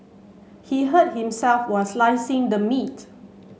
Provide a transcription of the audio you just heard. he hurt himself while slicing the meat